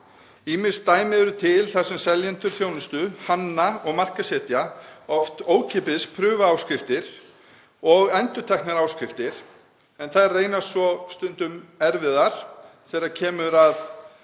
Ýmis dæmi eru til þar sem seljendur þjónustu hanna og markaðssetja oft ókeypis prufuáskriftir og endurteknar áskriftir en þær reynast svo stundum erfiðar þegar kemur að